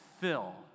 fill